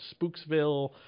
Spooksville